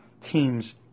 teams